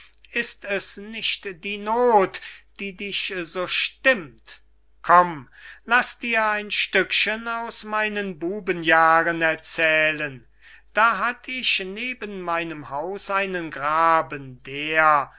ist es nicht die noth die dich so stimmt komm laß dir ein stückchen aus meinen bubenjahren erzählen da hatt ich neben meinem haus einen graben der